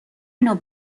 نوع